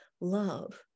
love